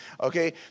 Okay